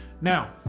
Now